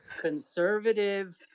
conservative